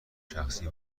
شخصی